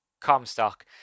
Comstock